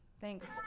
Thanks